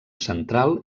central